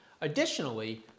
Additionally